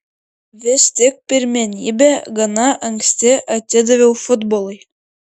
vis tik pirmenybę gana anksti atidaviau futbolui